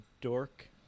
dork